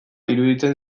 iruditzen